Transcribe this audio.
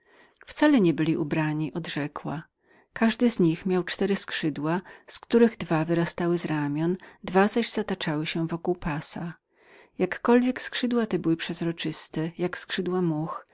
wcale nie byli ubrani odrzekła każdy z nich miał cztery skrzydła z których dwa wyrastały im z ramion i spływały na grzbiet drugie zaś zataczały się wdzięcznie koło pasa jakkolwiek skrzydła te były przezroczyste